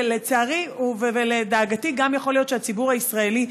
ולצערי ולדאגתי גם יכול להיות שהציבור הישראלי.